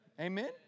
Amen